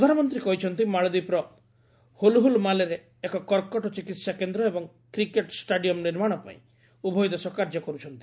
ପ୍ରଧାନମନ୍ତ୍ରୀ କହିଛନ୍ତି ମାଳଦୀପର ହୁଲହୁଲ ମାଲେରେ ଏକ କର୍କଟ ଚିକିହା କେନ୍ଦ୍ର ଏବଂ କ୍ରିକେଟ୍ ଷ୍ଟାଡିୟମ୍ ନିର୍ମାଣ ପାଇଁ ଉଭୟ ଦେଶ କାର୍ଯ୍ୟ କରୁଛନ୍ତି